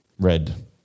Red